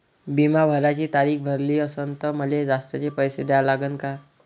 बिमा भराची तारीख भरली असनं त मले जास्तचे पैसे द्या लागन का?